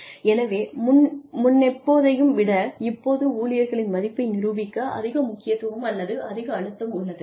எனவே முன்னெப்போதையும் விட இப்போது ஊழியர்களின் மதிப்பை நிரூபிக்க அதிக முக்கியத்துவம் அல்லது அதிக அழுத்தம் உள்ளது